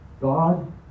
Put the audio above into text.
God